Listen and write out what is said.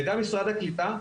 וגם משרד הקליטה.